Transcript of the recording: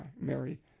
Mary